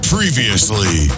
Previously